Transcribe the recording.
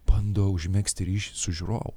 bando užmegzti ryšį su žiūrovu